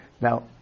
now